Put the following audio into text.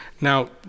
now